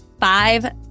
five